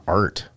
art